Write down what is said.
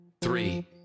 three